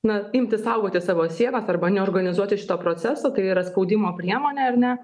na imti saugoti savo sienas arba neorganizuoti šito proceso tai yra spaudimo priemonę ar ne